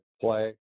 play